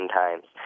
times